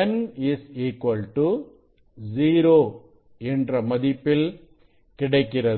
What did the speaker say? n 0 என்ற மதிப்பில் கிடைக்கிறது